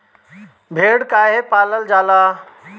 भेड़ काहे पालल जाला?